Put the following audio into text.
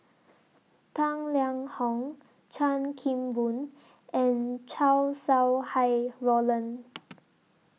Tang Liang Hong Chan Kim Boon and Chow Sau Hai Roland